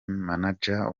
manager